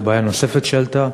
זו בעיה נוספת שעלתה,